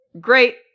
great